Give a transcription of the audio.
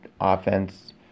offense